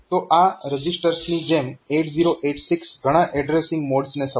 તો આ રજીસ્ટર્સની જેમ 8086 ઘણા એડ્રેસીંગ મોડ્સને સપોર્ટ કરે છે